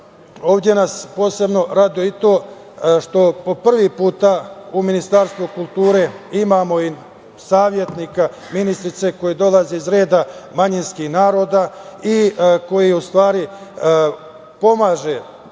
ovde nas posebno raduje i to što po prvi put u Ministarstvu kulture imamo i savetnika ministrice koji dolazi iz reda manjinskih naroda i koji u stvari pomaže